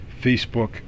Facebook